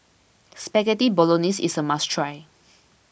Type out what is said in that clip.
Spaghetti Bolognese is a must try